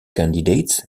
candidates